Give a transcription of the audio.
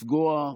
לפגוע,